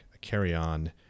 carry-on